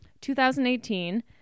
2018